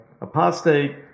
apostate